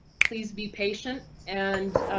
please be patient and